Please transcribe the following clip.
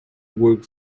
work